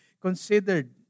considered